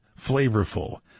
flavorful